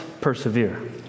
persevere